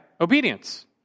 obedience